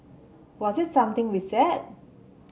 was it something we said